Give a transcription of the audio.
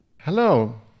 Hello